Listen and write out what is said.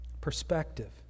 Perspective